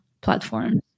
platforms